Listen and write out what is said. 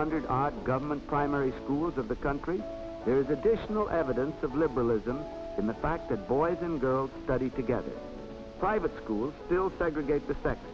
hundred odd government primary schools of the country there's additional evidence of liberalism in the fact that boys and girls study together private schools still segregate the sect